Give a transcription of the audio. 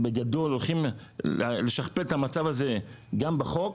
בגדול, הולכים לשכפל את המצב הזה גם בחוק,